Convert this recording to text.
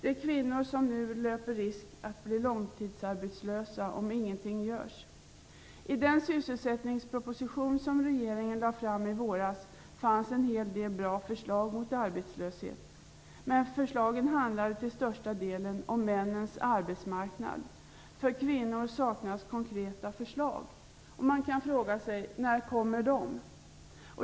Det är kvinnor som nu löper risk att bli långtidsarbetslösa om ingenting görs. I den sysselsättningsproposition som regeringen lade fram i våras fanns en hel del bra förslag på hur arbetslösheten skall bekämpas, men förslagen handlade till största delen om männens arbetsmarknad. För kvinnor saknas konkreta förslag. Man kan fråga sig: När kommer de?